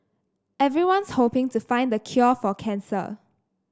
everyone's hoping to find the cure for cancer